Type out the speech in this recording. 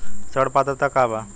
ऋण पात्रता का बा?